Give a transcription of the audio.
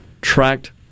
tracked